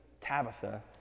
Tabitha